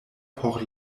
por